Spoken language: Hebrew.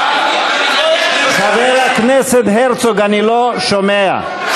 חבר הכנסת הרצוג, אני לא שומע.